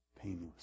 painless